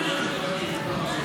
אתה זה משהו אחר.